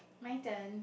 my turn